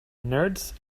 nerds